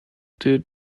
did